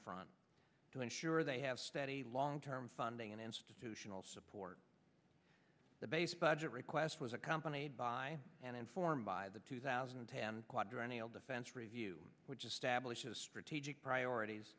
front to ensure they have steady long term funding and institutional support the base budget request was accompanied by and informed by the two thousand and ten quadrennial defense review which establishes strategic priorities